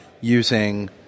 using